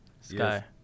sky